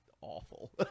awful